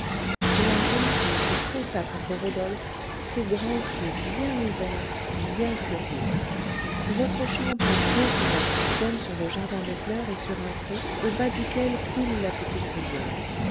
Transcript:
et la jeune fille se pressa contre rodolphe ses grands yeux bien ouverts bien curieux votre chambre a deux fenêtres qui donnent sur le jardin de fleurs et sur un pré au bas duquel coule la petite rivière